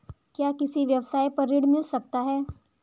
क्या किसी व्यवसाय पर ऋण मिल सकता है?